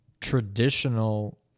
traditional